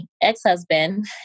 ex-husband